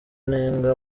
nenga